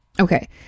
Okay